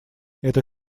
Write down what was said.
это